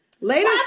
Later